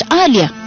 earlier